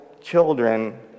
children